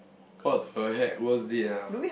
what the heck worst date ah